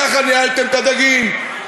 ככה ניהלתם את הדגים,